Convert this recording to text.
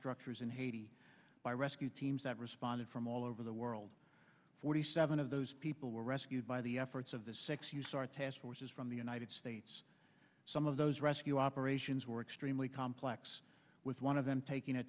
structures in haiti by rescue teams that responded from all over the world forty seven of those people were rescued by the efforts of the six use our task forces from the united states some of those rescue operations were extremely complex with one of them taking a